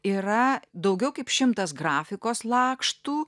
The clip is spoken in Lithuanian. yra daugiau kaip šimtas grafikos lakštų